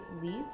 leads